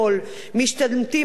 משתמטים חילונים,